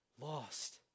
Lost